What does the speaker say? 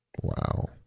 Wow